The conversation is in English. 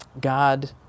God